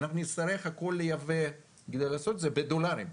אנחנו נצטרך את הכול לייבא בכדי לעשות וזה בדולרים.